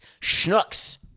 schnooks